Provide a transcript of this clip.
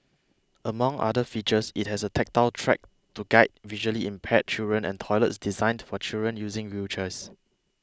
among other features it has a tactile track to guide visually impaired children and toilets designed for children using wheelchairs